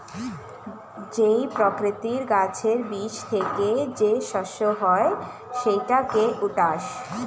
জই প্রকৃতির গাছের বীজ থেকে যে শস্য হয় সেটাকে ওটস